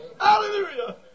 Hallelujah